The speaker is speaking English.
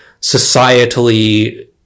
societally